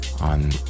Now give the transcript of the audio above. on